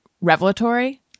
revelatory